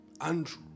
Andrew